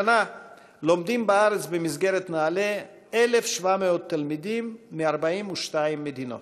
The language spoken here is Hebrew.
השנה לומדים בארץ במסגרת נעל"ה 1,700 תלמידים מ-42 מדינות.